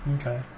Okay